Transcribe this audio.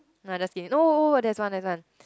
no I just kidding no oh oh there's one there's one